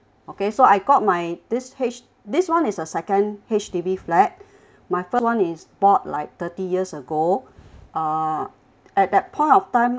okay so I got my this H this one is a second H_D_B flat my first one is bought like thirty years ago uh at that point of time